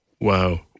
Wow